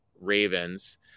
Ravens